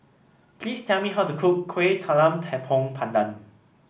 please tell me how to cook Kuih Talam Tepong Pandan